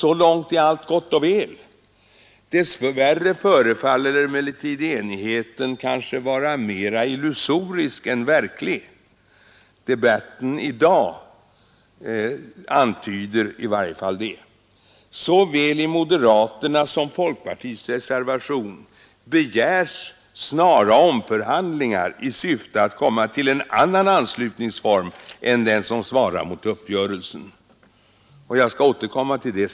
Så långt är allt gott och väl. Dess värre förefaller emellertid enigheten vara mera illusorisk än verklig. Debatten i dag antyder i varje fall det. Såväl i moderaternas som i folkpartisternas reservation begärs snara omförhandlingar i syfte att komma fram till en annan anslutningsform än den som svarar mot uppgörelsen — jag skall strax återkomma till det.